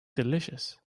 delicious